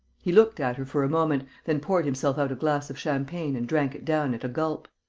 he looked at her for a moment, then poured himself out a glass of champagne and drank it down at a gulp.